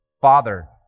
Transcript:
Father